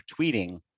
tweeting